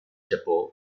japó